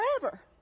forever